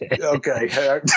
Okay